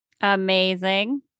amazing